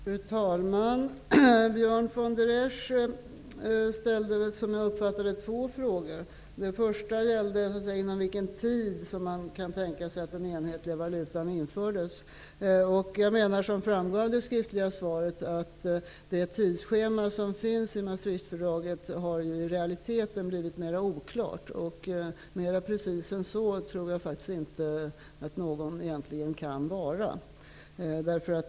Fru talman! Björn von der Esch ställde, som jag uppfattade det, två frågor. Den första gällde inom vilken tid som man kan tänka sig att den enhetliga valutan införs. Som framgår av det skriftliga svaret har det tidsschema som finns angivet i Maastrichtfördraget i realiteten blivit mer oklart. Mera precis än så tror jag faktiskt inte att någon egentligen kan vara.